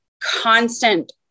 constant